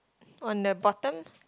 on the bottom